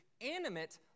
animate